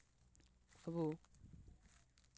ᱟᱵᱚ